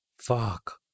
fuck